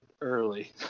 early